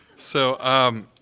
so, um.